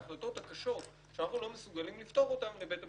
ההחלטות הקשות שאנחנו לא מסוגלים לפתור אותן לבית המשפט.